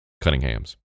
Cunningham's